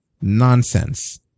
Nonsense